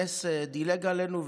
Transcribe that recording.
הנס דילג עלינו.